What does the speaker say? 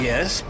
Yes